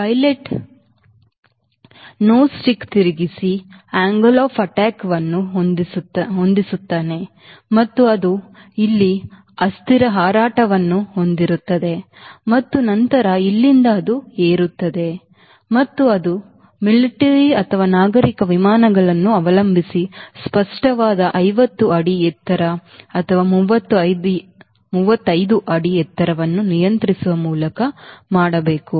pilot ಮೂಗು ತಿರುಗಿಸಿ ದಾಳಿಯ ಕೋನವನ್ನು ಹೊಂದಿಸುತ್ತದೆ ಮತ್ತು ಅದು ಇಲ್ಲಿ ಅಸ್ಥಿರ ಹಾರಾಟವನ್ನು ಹೊಂದಿರುತ್ತದೆ ಮತ್ತು ನಂತರ ಇಲ್ಲಿಂದ ಅದು ಏರುತ್ತದೆ ಮತ್ತು ಅದು ಮಿಲಿಟರಿ ಅಥವಾ ನಾಗರಿಕ ವಿಮಾನಗಳನ್ನು ಅವಲಂಬಿಸಿ ಸ್ಪಷ್ಟವಾದ 50 ಅಡಿ ಎತ್ತರ ಅಥವಾ 35 ಅಡಿ ಎತ್ತರವನ್ನು ನಿಯಂತ್ರಿಸುವ ಮೂಲಕ ಮಾಡಬೇಕು